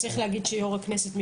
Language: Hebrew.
צריך להגיד שיושב ראש הכנסת,